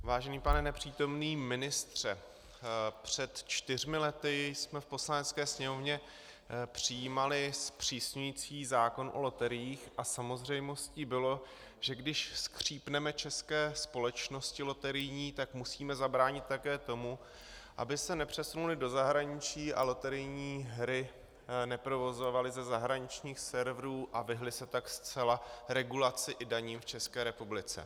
Vážený nepřítomný pane ministře, před čtyřmi lety jsme v Poslanecké sněmovně přijímali zpřísňující zákon o loteriích a samozřejmostí bylo, že když skřípneme české loterijní společnosti, tak musíme zabránit také tomu, aby se nepřesunuly do zahraničí a loterijní hry neprovozovaly ze zahraničních serverů, a vyhnuly se tak zcela regulaci i daním v České republice.